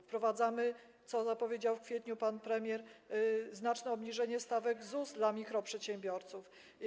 Wprowadzamy, co zapowiedział w kwietniu pan premier, znaczne obniżenie stawek ZUS dla mikroprzedsiębiorców.